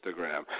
Instagram